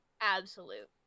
absolute